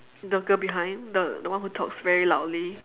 the girl behind the the one who talks very loudly